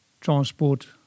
transport